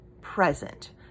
present